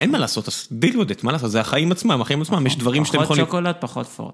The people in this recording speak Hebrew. אין מה לעשות, אז די לוודא, מה לעשות, זה החיים עצמם, החיים עצמם, יש דברים שאתם יכולים... פחות צ'וקולד, פחות פורט.